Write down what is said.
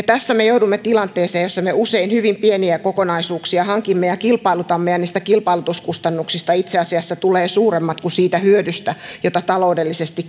tässä me joudumme tilanteeseen jossa me usein hyvin pieniä kokonaisuuksia hankimme ja kilpailutamme ja niistä kilpailutuskustannuksista itse asiassa tulee suuremmat kuin siitä hyödystä jota taloudellisesti